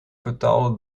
vertaalde